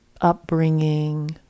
upbringing